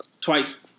twice